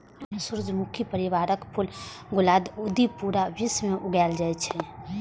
सूर्यमुखी परिवारक फूल गुलदाउदी पूरा विश्व मे उगायल जाए छै